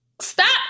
Stop